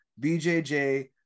BJJ